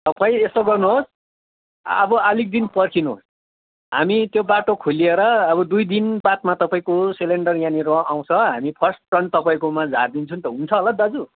तपाईँ यस्तो गर्नुहोस् अब अलिक दिन पर्खिनु हामी त्यो बाटो खोलिएर अब दुई दिन बादमा तपाईँको सिलिन्डर यहाँनिर आउँछ हामी फर्स्ट टर्न तपाईँकोमा झारिदिन्छु नि त हुन्छ होला दाजु